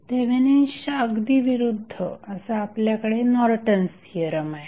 थेवेनिन्सच्या अगदी विरुद्ध असा आपल्याकडे नॉर्टन्स थिअरम आहे